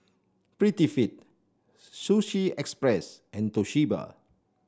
Prettyfit Sushi Express and Toshiba